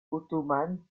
ottomanes